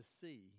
see